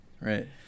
right